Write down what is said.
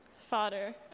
Father